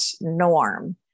norm